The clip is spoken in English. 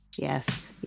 Yes